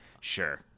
sure